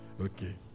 Okay